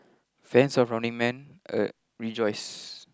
fans of Running Man uh rejoice